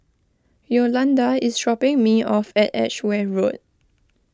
Yolanda is dropping me off at Edgeware Road